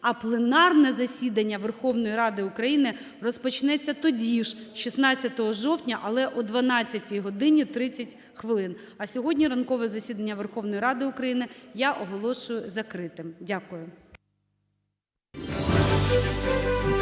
а пленарне засідання Верховної Ради України розпочнеться тоді ж, 16 жовтня, але о 12 годині 30 хвилин. А сьогодні ранкове засідання Верховної Ради України я оголошую закритим. Дякую.